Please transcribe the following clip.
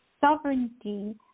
sovereignty